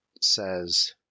says